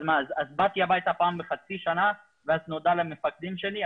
אז באתי הביתה פעם בחצי שנה וזה נודע למפקדים שלי,